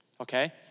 okay